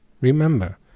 Remember